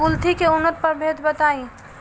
कुलथी के उन्नत प्रभेद बताई?